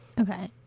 okay